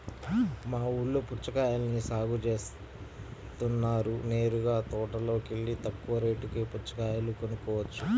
మా ఊల్లో పుచ్చకాయల్ని సాగు జేత్తన్నారు నేరుగా తోటలోకెల్లి తక్కువ రేటుకే పుచ్చకాయలు కొనుక్కోవచ్చు